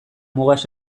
mugaz